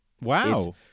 Wow